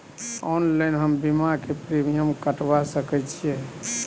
Online हम बीमा के प्रीमियम कटवा सके छिए?